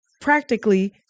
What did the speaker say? practically